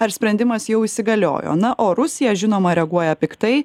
ar sprendimas jau įsigaliojo na o rusija žinoma reaguoja piktai